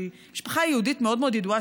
משפחה יהודית מאוד מאוד ידועה,